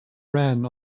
ran